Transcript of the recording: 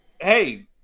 hey